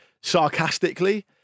sarcastically